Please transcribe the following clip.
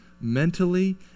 mentally